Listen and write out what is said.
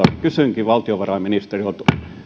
kysynkin valtiovarainministeriltä